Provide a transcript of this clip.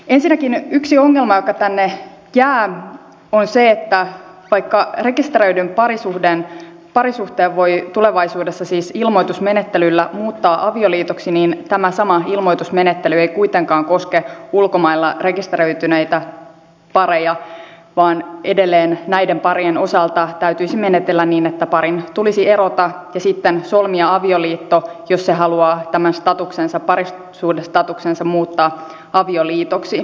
ensinnäkin yksi ongelma joka tänne jää on se että vaikka rekisteröidyn parisuhteen voi tulevaisuudessa siis ilmoitusmenettelyllä muuttaa avioliitoksi niin tämä sama ilmoitusmenettely ei kuitenkaan koske ulkomailla rekisteröityneitä pareja vaan edelleen näiden parien osalta täytyisi menetellä niin että parin tulisi erota ja sitten solmia avioliitto jos se haluaa tämän parisuhdestatuksensa muuttaa avioliitoksi